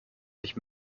sich